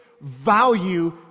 value